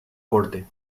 corte